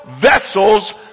vessels